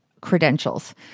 credentials